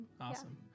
Awesome